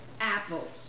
apples